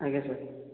ଆଜ୍ଞା ସାର୍